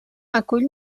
acull